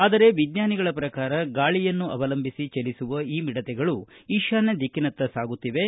ಆದರೆ ವಿಜ್ಞಾನಿಗಳ ಪ್ರಕಾರ ಗಾಳಿಯನ್ನು ಅವಲಂಬಿಸಿ ಚಲಿಸುವ ಈ ಮಿಡತೆಗಳು ಈಶಾನ್ಯ ದಿಕ್ಕಿನತ್ತ ಸಾಗುತ್ತಿವೆ